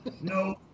No